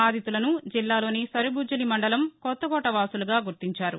బాధితులను జిల్లాలోని సరుబుజ్జిల్ మండలం కొత్తకోట వాసులుగా గుర్తించారు